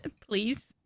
Please